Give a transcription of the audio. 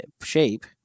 shape